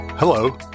Hello